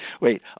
Wait